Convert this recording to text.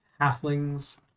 halflings